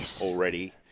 already